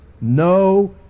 no